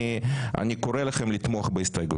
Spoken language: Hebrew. אני קורא לכם לתמוך בהסתייגות.